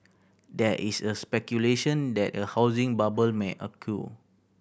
there is a speculation that a housing bubble may